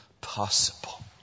possible